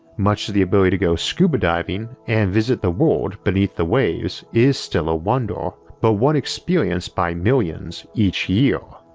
much as the ability to go scuba diving and visit the world beneath the waves is still a wonder, but one experienced by millions each year.